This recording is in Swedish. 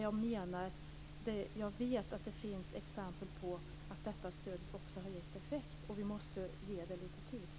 Jag vet att det finns exempel på att det stödet också har gett effekt, och vi måste ge det lite tid.